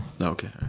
okay